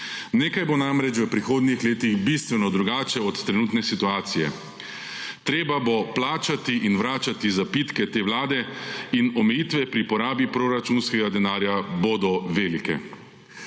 Nekaj bo namreč v prihodnjih letih bistveno drugače od trenutne situacije. Treba bo plačati in vračati zapitke te vlade in omejitve pri porabi proračunskega denarja bodo velike.